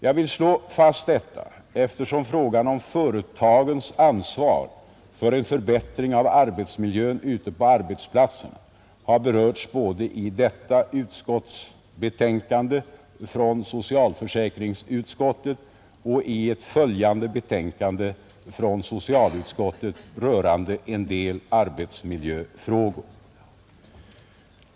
Jag vill slå fast detta, eftersom frågan om företagens ansvar för en förbättring av arbetsmiljön ute på arbetsplatserna har berörts både i detta utskottsbetänkande från socialförsäkringsutskottet och i ett följande betänkande från socialutskottet rörande en del arbetsmiljöfrågor.